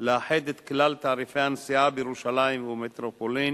לאחד את כלל תעריפי הנסיעה בירושלים ובמטרופולין